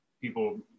people